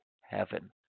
heaven